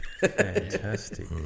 Fantastic